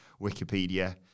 Wikipedia